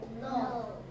No